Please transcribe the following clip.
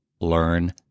learn